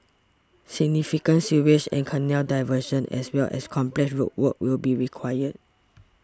significant sewage and canal diversions as well as complex road work will be required